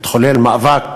התחולל מאבק